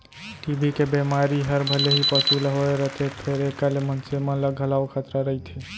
TB के बेमारी हर भले ही पसु ल होए रथे फेर एकर ले मनसे मन ल घलौ खतरा रइथे